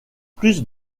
plus